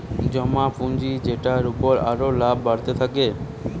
জমা পুঁজি যেটার উপর আরো লাভ বাড়তে থাকে